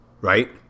Right